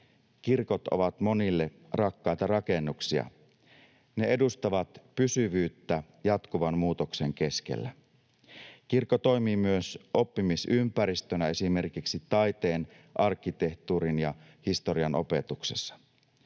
Kirkot ovat monille rakkaita rakennuksia. Ne edustavat pysyvyyttä jatkuvan muutoksen keskellä. Kirkko toimii myös oppimisympäristönä esimerkiksi taiteen, arkkitehtuurin ja historian opetuksessa.